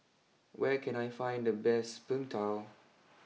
where can I find the best Png Tao